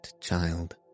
child